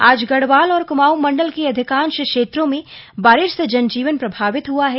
आज गढ़वाल और कुमाऊं मंडल के अधिकांश क्षेत्रों में बारिश से जनजीवन प्रभावित हुआ है